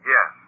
Yes